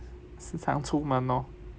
时常出门 lor